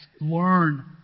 Learn